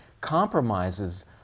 compromises